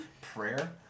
Prayer